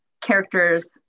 characters